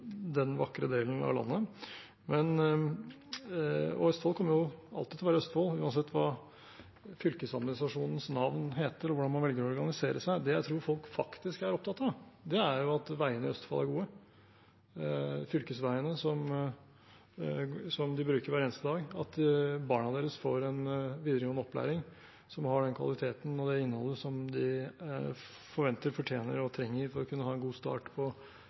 vakre delen av landet. Østfold kommer jo alltid til å være Østfold, uansett hva fylkesadministrasjonens navn er, og hvordan man velger å organisere seg. Det jeg tror folk faktisk er opptatt av, er at veiene i Østfold er gode, fylkesveiene som de bruker hver eneste dag, at barna deres får en videregående opplæring som har den kvaliteten og det innholdet som de forventer, fortjener og trenger for å kunne få en god start på